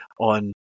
on